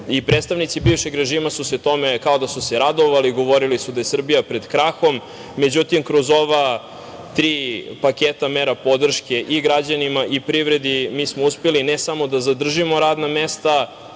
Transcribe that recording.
Predstavnici bivšeg režima kao da su se radovali, govorili su da je Srbija pred krahom. Međutim, kroz ova tri paketa mera podrške i građanima privredi, mi smo uspeli, ne samo da zadržimo radna mesta,